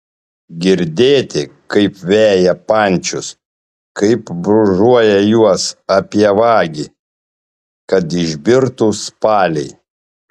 girdėti kaip veja pančius kaip brūžuoja juos apie vagį kad išbirtų spaliai